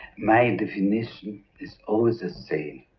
my definition is always the same.